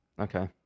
Okay